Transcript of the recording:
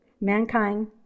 mankind